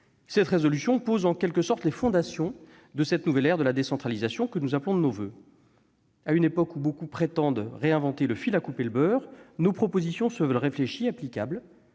de résolution pose en quelque sorte les fondations de la nouvelle ère de la décentralisation que nous appelons de nos voeux. À une époque où beaucoup prétendent réinventer le fil à couper le beurre, nos propositions se veulent réfléchies, applicables,